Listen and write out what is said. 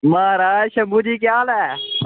महाराज शब्बु जी केह् हाल ऐ